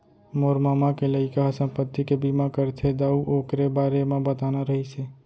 मोर ममा के लइका ह संपत्ति के बीमा करथे दाऊ,, ओकरे बारे म बताना रहिस हे